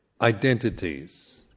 identities